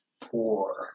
poor